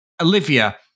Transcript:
Olivia